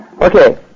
Okay